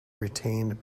retained